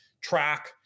track